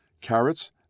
Carrots